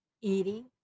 eating